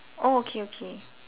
oh okay okay